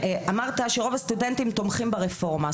אמרת שרוב הסטודנטים תומכים ברפורמה,